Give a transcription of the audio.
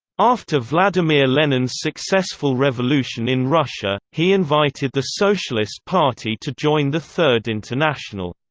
after vladimir lenin's successful revolution in russia, he invited the socialist party to join the third international.